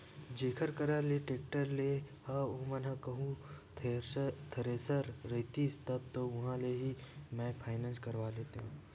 जेखर करा ले टेक्टर लेय हव ओमन ह कहूँ थेरेसर रखतिस तब तो उहाँ ले ही मैय फायनेंस करा लेतेव